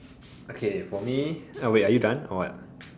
okay for me ah wait are you done or what